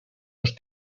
los